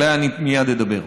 עליה אני מייד אדבר.